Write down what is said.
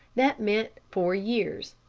that meant four years.